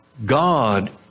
God